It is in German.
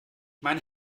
mein